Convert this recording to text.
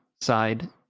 side